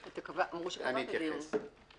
אני אתייחס.